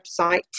website